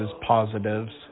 Positives